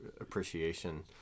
appreciation